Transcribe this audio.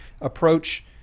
approach